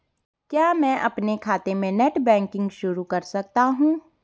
क्या मैं अपने खाते में नेट बैंकिंग शुरू कर सकता हूँ?